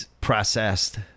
processed